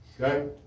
okay